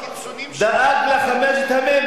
כי אנחנו לא רגילים לפגוע בכבודו של האדם,